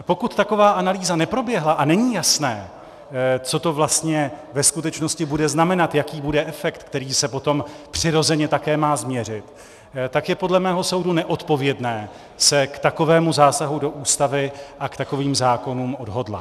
Pokud taková analýza neproběhla a není jasné, co to vlastně ve skutečnosti bude znamenat, jaký bude efekt, který se potom přirozeně také má změřit, tak je podle mého soudu neodpovědné se k takovému zásahu do Ústavy a k takovým zákonům odhodlat.